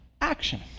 action